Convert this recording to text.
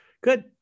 Good